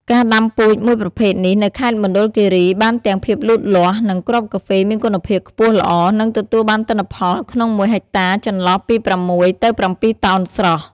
ការដាំពូជមួយប្រភេទនេះនៅខេត្តមណ្ឌលគិរី បានទាំងភាពលូតលាស់ និងគ្រាប់កាហ្វេមានគុណភាពខ្ពស់ល្អ និងទទួលបានទិន្នផលក្នុងមួយហិកតារចន្លោះពី ៦ ទៅ ៧តោនស្រស់។